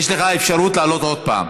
יש לך אפשרות לעלות עוד פעם,